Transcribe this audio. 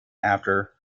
after